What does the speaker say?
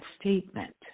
statement